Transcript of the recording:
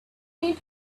need